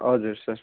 हजुर सर